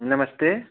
नमस्ते